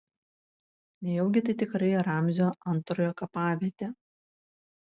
nejaugi tai tikrai ramzio antrojo kapavietė